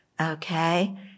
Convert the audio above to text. okay